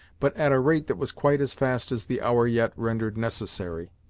but at a rate that was quite as fast as the hour yet rendered necessary.